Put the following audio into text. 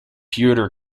piotr